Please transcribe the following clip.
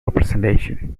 representation